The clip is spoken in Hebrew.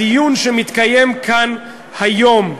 הדיון שמתקיים כאן היום,